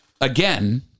Again